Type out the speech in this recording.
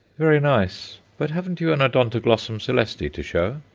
very nice, but haven't you an odontoglossum coeleste to show?